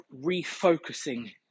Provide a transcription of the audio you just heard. refocusing